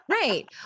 Right